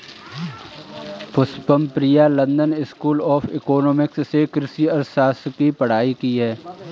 पुष्पमप्रिया लंदन स्कूल ऑफ़ इकोनॉमिक्स से कृषि अर्थशास्त्र की पढ़ाई की है